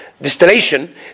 Distillation